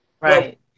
Right